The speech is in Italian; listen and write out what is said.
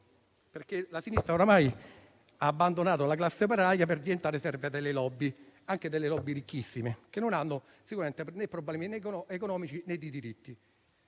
sinistra, infatti, ormai ha abbandonato la classe operaia per diventare serva delle *lobby*, anche delle *lobby* ricchissime che non hanno sicuramente né problemi economici, né di diritti.